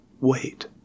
wait